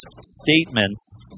statements